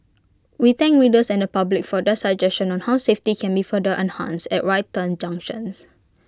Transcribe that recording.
we thank readers and the public for their suggestions on how safety can be further enhanced at right turn junctions